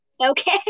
Okay